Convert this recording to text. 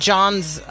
John's